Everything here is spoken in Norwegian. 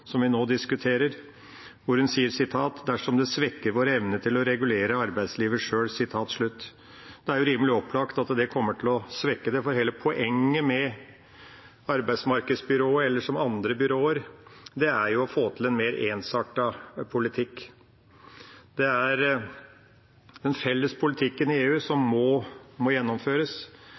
som vi nå diskuterer. Hun sier: «hvis det svekker vår evne til å regulere arbeidslivet selv». Det er rimelig opplagt at det kommer til å svekke det, for hele poenget med arbeidsmarkedsbyråer eller andre byråer er å få til en mer ensartet politikk. Det er den felles politikken i EU som må gjennomføres,